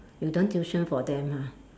you don't tuition for them lah